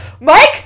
Mike